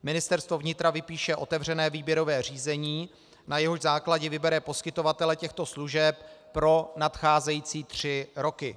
Ministerstvo vnitra vypíše otevřené výběrové řízení, na jehož základě vybere poskytovatele těchto služeb pro nadcházející tři roky.